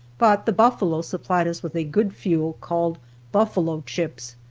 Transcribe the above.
but the buffalo supplied us with a good fuel called buffalo chips,